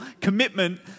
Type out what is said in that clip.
commitment